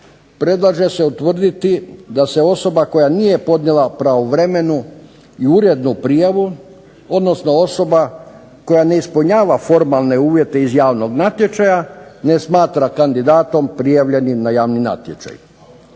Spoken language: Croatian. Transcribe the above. predlaže se utvrditi da se osoba koja nije podnijela pravovremenu i urednu prijavu odnosno osoba koja ne ispunjava formalne uvjete iz javnog natječaja ne smatra kandidatom prijavljenim na javni natječaj.